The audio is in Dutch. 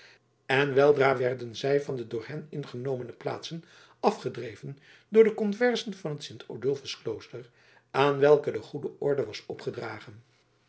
en weldra werden zij van de door hen ingenomene plaatsen afgedreven door de conversen van het sint odulfs klooster aan welke de goede orde was opgedragen